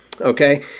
Okay